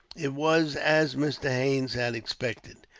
it was as mr. haines had expected.